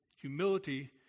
Humility